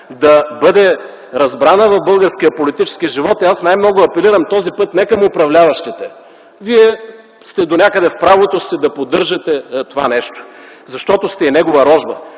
да бъде разбрана в българския политически живот и аз най-много апелирам този път не към управляващите - вие сте донякъде в правото си да поддържате това нещо, защото сте и негова рожба,